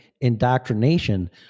indoctrination